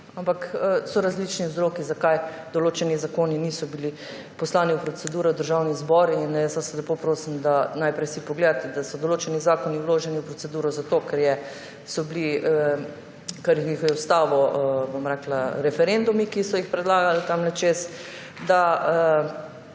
drži. So različni vzroki, zakaj določeni zakoni niso bili poslani v proceduro v Državni zbor. In jaz vas lepo prosim, da si najprej pogledate, da so določeni zakoni vloženi v proceduro zato, ker so jih ustavili referendumi, ki so jih predlagali tamle čez, da